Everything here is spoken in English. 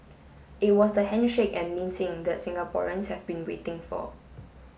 it was the handshake and meeting that Singaporeans have been waiting for